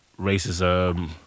racism